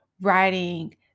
writing